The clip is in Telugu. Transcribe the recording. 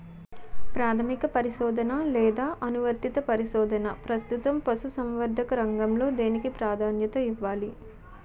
ప్రాథమిక పరిశోధన లేదా అనువర్తిత పరిశోధన? ప్రస్తుతం పశుసంవర్ధక రంగంలో దేనికి ప్రాధాన్యత ఇవ్వాలి?